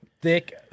thick